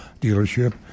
dealership